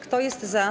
Kto jest za?